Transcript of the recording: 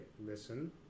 listen